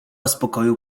spokoju